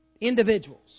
individuals